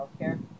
healthcare